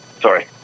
Sorry